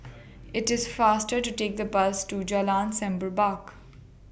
IT IS faster to Take The Bus to Jalan Semerbak